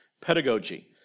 pedagogy